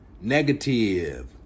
negative